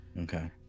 Okay